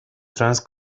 trans